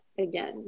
again